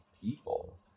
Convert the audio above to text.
people